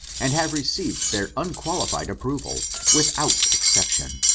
and have received their unqualified approval, without exception.